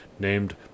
named